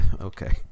Okay